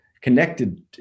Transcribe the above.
connected